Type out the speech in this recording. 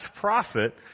prophet